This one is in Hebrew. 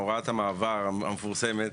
להוסיף מפה ולהוסיף מפה